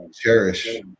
cherish